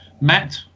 Matt